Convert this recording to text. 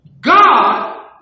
God